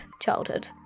childhood